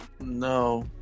No